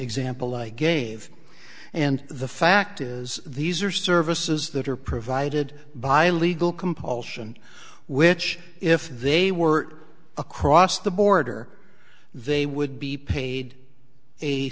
example i gave and the fact is these are services that are provided by legal compulsion which if they were across the border they would be paid a